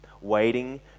waiting